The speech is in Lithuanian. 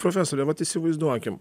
profesore vat įsivaizduokim